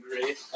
great